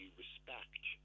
respect